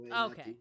Okay